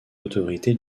l’autorité